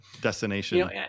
destination